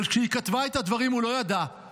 אבל כשהיא כתבה את הדברים היא לא ידעה